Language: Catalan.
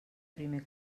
primer